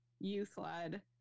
youth-led